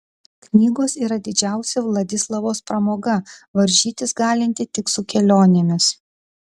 knygos yra didžiausia vladislavos pramoga varžytis galinti tik su kelionėmis